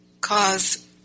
cause